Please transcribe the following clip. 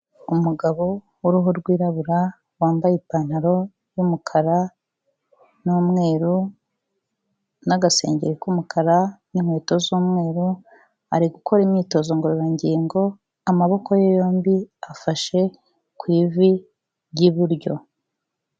Umugabo w'uruhu rwirabura, wambaye ipantaro y'umukara n'umweru n'agasengeri k'umukara n'inkweto z'umweru, ari gukora imyitozo ngororangingo, amaboko ye yombi afashe ku ivi ry'iburyo.